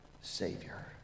Savior